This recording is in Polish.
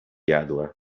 jadła